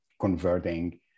converting